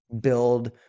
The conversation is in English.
build